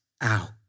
out